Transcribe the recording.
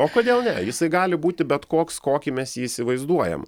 o kodėl ne jisai gali būti bet koks kokį mes jį įsivaizduojam